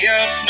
up